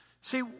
See